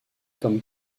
comme